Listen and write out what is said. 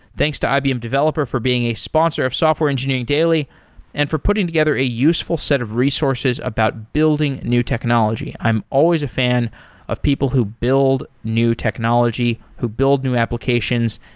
thanks to ibm developer for being a sponsor of software engineering daily and for putting together a useful set of resources about building new technology. i'm always a fan of people who build new technology, who build new applications,